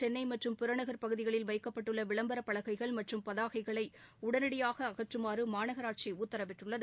சென்னைமற்றும் புயல் பகுதிகளில் புறநகர் வைக்கப்பட்டுள்ளவிளம்பரபலகைகள் மற்றும் பதாகைகளைஉடனடியாகஅகற்றுமாறுமாநகராட்சிஉத்தரவிட்டுள்ளது